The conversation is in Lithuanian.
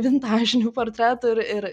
vintažinių portretų ir ir